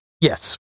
Yes